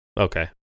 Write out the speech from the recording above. Okay